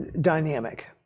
dynamic